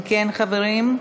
אם כן, חברים,